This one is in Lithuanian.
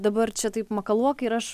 dabar čia taip makaluok ir aš